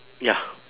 ya